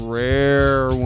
rare